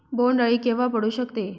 बोंड अळी केव्हा पडू शकते?